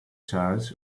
charts